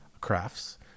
crafts